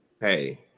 Hey